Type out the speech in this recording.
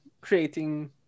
creating